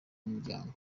umuryango